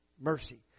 mercy